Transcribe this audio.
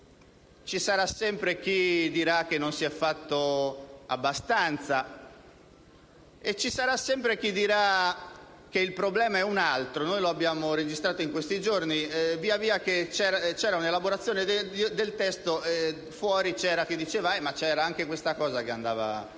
ci sarà sempre chi dirà che non si è fatto abbastanza e ci sarà sempre chi dirà che il problema è un altro. Noi lo abbiamo registrato in questi giorni: via via che si procedeva all'elaborazione del testo, «fuori» c'era chi diceva che vi era anche qualcos'altro da